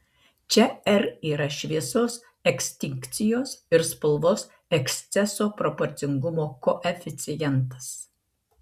čia r yra šviesos ekstinkcijos ir spalvos eksceso proporcingumo koeficientas